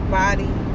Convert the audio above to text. body